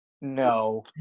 No